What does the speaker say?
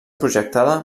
projectada